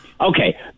okay